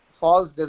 false